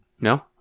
no